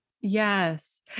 Yes